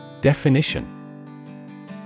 Definition